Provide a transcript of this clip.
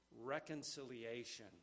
reconciliation